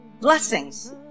Blessings